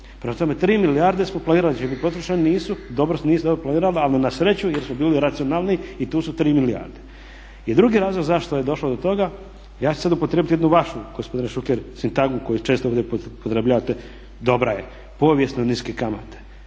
tri milijarde smo planirali da će biti potrošeni, nisu, dobro nismo dobro planirali ali na sreću jer smo bili racionalniji i tu su tri milijarde. I drugi razlog zašto je došlo do toga, ja ću upotrijebiti jednu vašu gospodine Šuker sintagmu koju često ovdje upotrebljavate, dobra ja povijesno niske kamate.